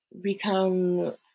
become